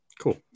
Cool